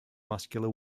muscular